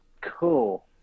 Cool